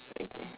okay